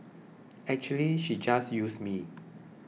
actually she just used me